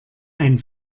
ein